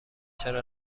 چرا